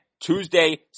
Tuesday